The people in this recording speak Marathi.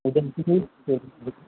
उद्या